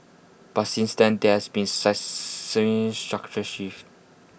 but since then there has been structural shifts